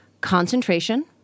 Concentration